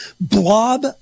Blob